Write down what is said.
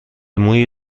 مویی